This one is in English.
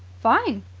fine!